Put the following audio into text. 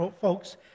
folks